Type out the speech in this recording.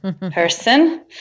person